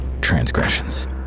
transgressions